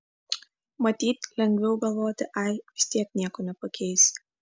matyt lengviau galvoti ai vis tiek nieko nepakeisi